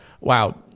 Wow